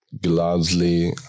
gladly